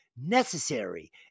necessary